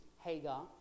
Hagar